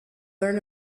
learn